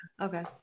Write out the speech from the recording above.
Okay